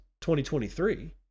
2023